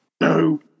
No